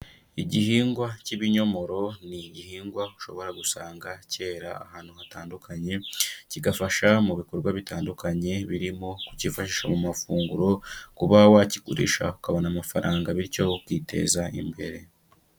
Igihingwa cy'ibinyomoro ni igihingwa ushobora gusanga kera ahantu hatandukanye, kigafasha mu bikorwa bitandukanye, birimo kukifashisha mu mafunguro, kuba wakigurisha ukabona amafaranga bityo ukiteza imbere.